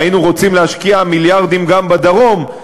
והיינו רוצים להשקיע מיליארדים גם בדרום,